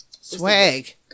swag